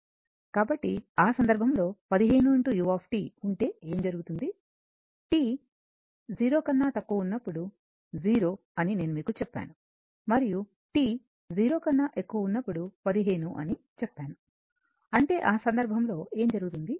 కాబట్టి ఆ సందర్భంలో 15 u ఉంటే ఏమి జరుగుతుంది t 0 కన్నా తక్కువ ఉన్నప్పుడు 0 అని నేను మీకు చెప్పాను మరియు t 0 కన్నా ఎక్కువ ఉన్నప్పుడు 15 అని చెప్పాను అంటే ఆ సందర్భంలో ఏమి జరుగుతుంది